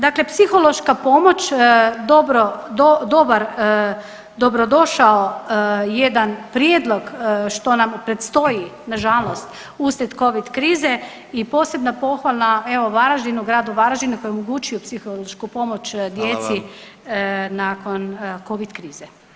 Dakle, psihološka pomoć dobro došao jedan prijedlog što nam predstoji na žalost uslijed covid krize i posebna pohvala evo Varaždinu, gradu Varaždinu koji je omogućio psihološku pomoć djeci nakon covid krize.